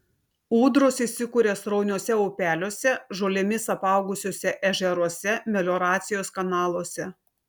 ūdros įsikuria srauniuose upeliuose žolėmis apaugusiuose ežeruose melioracijos kanaluose